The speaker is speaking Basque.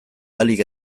ahalik